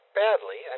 badly